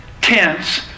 tense